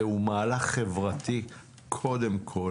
זהו מהלך חברתי קודם כל.